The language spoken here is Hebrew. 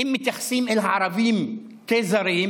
אם מתייחסים אל הערבים כזרים,